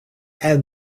and